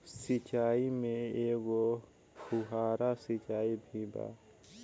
सिचाई में एगो फुव्हारा सिचाई भी बा